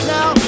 Now